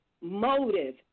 motive